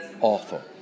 awful